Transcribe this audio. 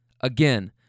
Again